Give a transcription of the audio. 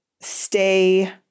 stay